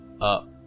up